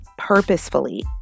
purposefully